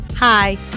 Hi